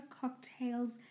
cocktails